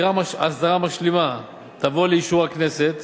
הסדרה משלימה תבוא לאישור הכנסת